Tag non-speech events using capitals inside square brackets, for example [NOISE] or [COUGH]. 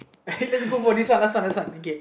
[LAUGHS] let's go for this one last one last one okay okay